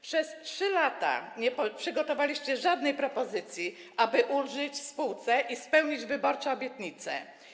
Przez 3 lata nie przygotowaliście żadnej propozycji, aby ulżyć spółce i spełnić wyborcze obietnice.